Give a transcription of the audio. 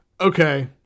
Okay